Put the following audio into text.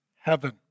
Heaven